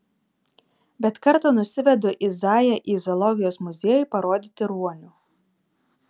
bet kartą nusivedu izaiją į zoologijos muziejų parodyti ruonių